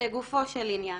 לגופו של עניין,